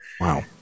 Wow